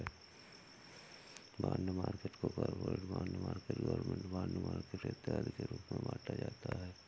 bond market को corporate bond market government bond market इत्यादि के रूप में बांटा जाता है